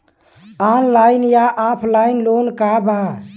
Online या offline loan का बा?